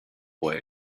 boy